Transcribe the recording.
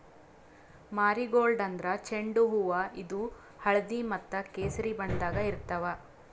marigold ಅಂದ್ರ ಚೆಂಡು ಹೂವಾ ಇದು ಹಳ್ದಿ ಮತ್ತ್ ಕೆಸರಿ ಬಣ್ಣದಾಗ್ ಇರ್ತವ್